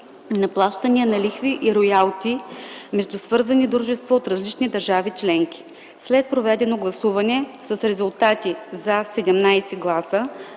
на плащания на лихви и роялти между свързани дружества от различни държави членки. След проведено гласуване с резултати: „за” – 17 гласа,